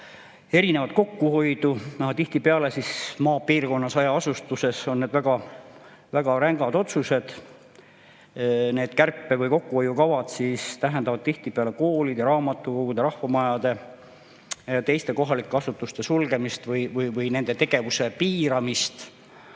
nad kokkuhoiu võimalusi. Tihtipeale maapiirkonnas, hajaasustuses on need väga rängad otsused. Need kärpe- või kokkuhoiukavad tähendavad tihtipeale koolide, raamatukogude, rahvamajade ja teiste kohalike asutuste sulgemist või nende tegevuse piiramist,